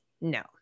no